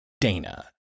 Dana